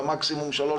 במקסימום שלוש,